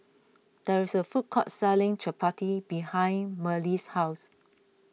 there is a food court selling Chappati behind Marely's house